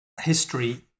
history